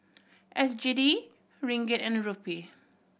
S G D Ringgit and Rupee